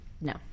No